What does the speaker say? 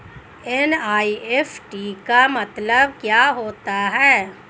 NEFT का मतलब क्या होता है?